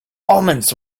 omens